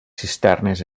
cisternes